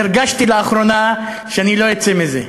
הרגשתי לאחרונה שאני לא אצא מזה.